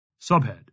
Subhead